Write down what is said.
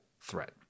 threat